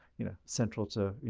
you know, central to, you